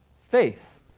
faith